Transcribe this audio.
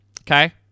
okay